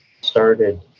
started